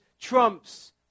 trumps